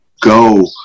go